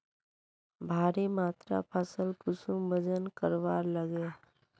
भारी मात्रा फसल कुंसम वजन करवार लगे?